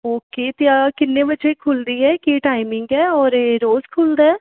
okay ਅਤੇ ਆ ਕਿੰਨੇ ਵਜੇ ਖੁੱਲ੍ਹਦੀ ਹੈ ਕੀ ਟਾਈਮਿੰਗ ਹੈ ਔਰ ਇਹ ਰੋਜ਼ ਖੁੱਲਦਾ ਹੈ